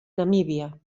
namíbia